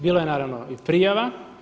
Bilo je naravno i prijava.